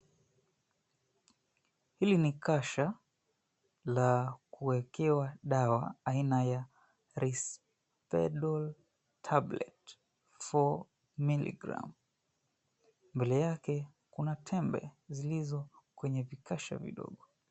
Hili ni kasha, la kuwekewa dawa aina ya Risperdal Tablets 4mg. Mbele yake kuna tembe vilivyo kwenye vikasha vidogo.